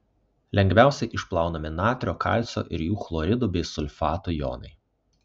lengviausiai išplaunami natrio kalcio ir jų chloridų bei sulfatų jonai